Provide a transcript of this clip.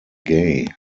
gay